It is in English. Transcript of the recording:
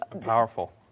powerful